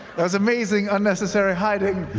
that was amazing unnecessary hiding.